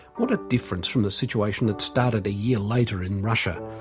what a difference from the situation that started a year later in russia,